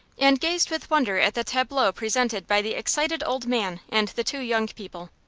and gazed with wonder at the tableau presented by the excited old man and the two young people.